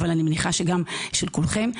אבל אני מניחה שגם של כולכם,